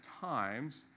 times